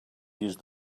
used